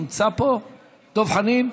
נמצא פה דב חנין?